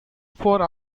far